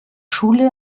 schule